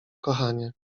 kochanie